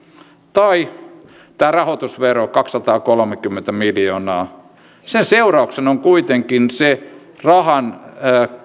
tai tämä rahoitusvero kaksisataakolmekymmentä miljoonaa sen seurauksena on kuitenkin se rahan